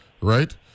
right